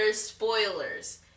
spoilers